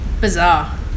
Bizarre